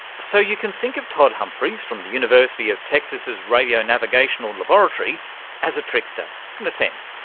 so you can think of todd humphries from the university of texas's radionavigation and laboratory as a trickster in a sense.